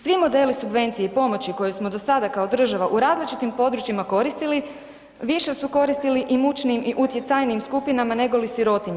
Svi modeli subvencije i pomoći koje smo do sada kao država u različitim područjima koristili, više su koristili i mučnim i utjecajnijim skupinama nego li sirotinji.